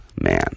man